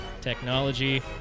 technology